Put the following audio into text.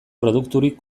produkturik